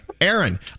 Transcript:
Aaron